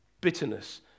bitterness